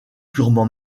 purement